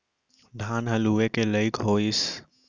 धान ह लूए के लइक होइस तहाँ ले बनिहार खोजे बर परथे